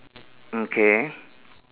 okay